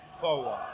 Forward